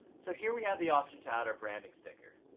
so here we have the option to add our branding sticker.